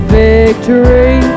victory